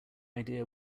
idea